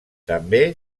també